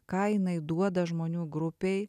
ką jinai duoda žmonių grupei